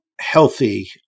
healthy